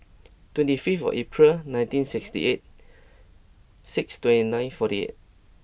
twenty fifth of April nineteen sixty eight six twenty nine forty eight